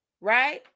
Right